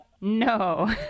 No